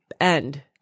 end